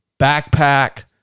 backpack